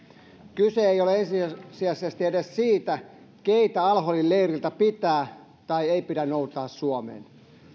kyse ei ole ensisijaisesti edes siitä keitä al holin leiriltä pitää tai ei pidä noutaa suomeen